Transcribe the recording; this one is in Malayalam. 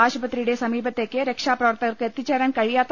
ആശുപത്രിയുടെ സമീപ ത്തേക്ക് രക്ഷാപ്രവർത്തകർക്ക് എത്തിച്ചേരാൻ കഴിയാത്ത